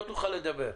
לא תוכל לדבר.